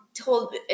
told